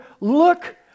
look